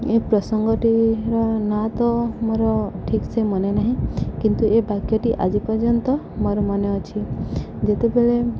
ଏ ପ୍ରସଙ୍ଗଟିର ନା ତ ମୋର ଠିକ୍ ସେ ମନେ ନାହିଁ କିନ୍ତୁ ଏ ବାକ୍ୟଟି ଆଜି ପର୍ଯ୍ୟନ୍ତ ମୋର ମନେ ଅଛି ଯେତେବେଳେ